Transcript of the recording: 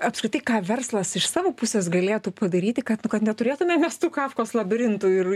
apskritai ką verslas iš savo pusės galėtų padaryti kad nu kad neturėtume mes tų kafkos labirintų ir